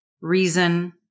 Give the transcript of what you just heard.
reason